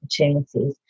opportunities